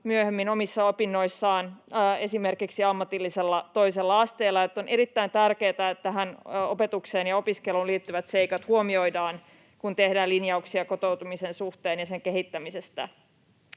myöhemmin omissa opinnoissaan esimerkiksi ammatillisella toisella asteella. Eli on erittäin tärkeätä, että tähän opetukseen ja opiskeluun liittyvät seikat huomioidaan, kun tehdään linjauksia kotoutumisen suhteen ja sen kehittämisestä.